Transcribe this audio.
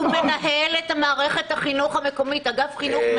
הוא מנהל את מערכת החינוך המקומית, אגף החינוך.